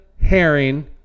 Herring